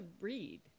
read